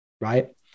right